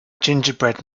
gingerbread